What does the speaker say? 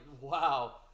wow